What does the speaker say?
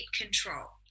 control